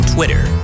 Twitter